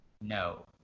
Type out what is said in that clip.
No